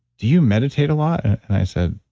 do you meditate a lot? and i said,